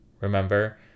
Remember